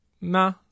Nah